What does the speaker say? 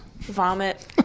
Vomit